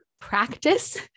practice